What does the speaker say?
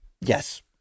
Yes